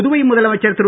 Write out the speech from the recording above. புதுவை முதலமைச்சர் திரு